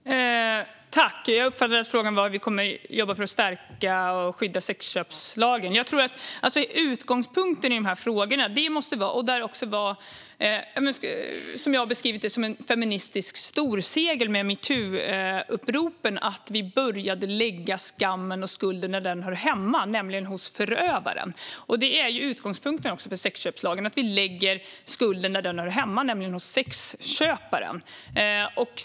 Fru talman! Jag uppfattade att frågan gällde hur vi ska jobba för att stärka och skydda sexköpslagen. Utgångspunkten i frågorna är den feministiska storsegern med metoo-uppropen, det vill säga att vi började lägga skammen och skulden där den hör hemma, nämligen hos förövaren. Det är också utgångspunkten för sexköpslagen, det vill säga att vi lägger skulden där den hör hemma, nämligen hos sexköparen.